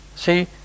see